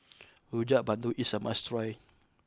Rojak Bandung is a must try